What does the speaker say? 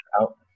out